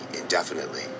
indefinitely